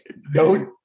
no